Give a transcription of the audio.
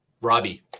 Robbie